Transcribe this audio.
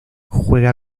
juega